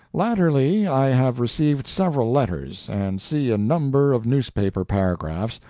latterly i have received several letters, and see a number of newspaper paragraphs,